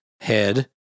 Head